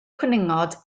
cwningod